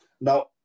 Now